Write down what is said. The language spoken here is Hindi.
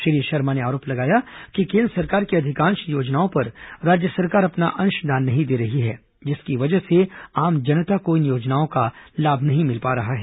श्री शर्मा ने आरोप लगाया कि केन्द्र सरकार की अधिकांश योजनाओं पर राज्य सरकार अपना अंशदान नहीं दे रही है जिसकी वजह से आम जनता इन योजनाओं से वंचित हो रही है